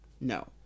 No